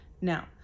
Now